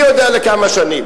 מי יודע לכמה שנים.